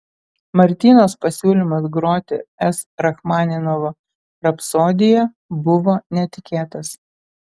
martynos pasiūlymas groti s rachmaninovo rapsodiją buvo netikėtas